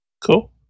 Cool